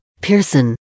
Pearson